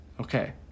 Okay